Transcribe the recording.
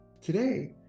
Today